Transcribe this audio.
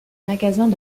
magasins